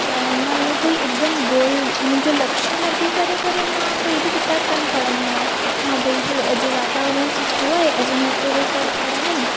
त मां ईअं कोई हिकदमु गोल मुहिंजो लक्ष्य नकी करे करे मां कोई बि किताबु कोनि पढ़ंदी आहियां हा भई हलो अॼु वातावरण सुठो आहे अॼु मां हिते वेही करे पढ़ंदमि